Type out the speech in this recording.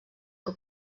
que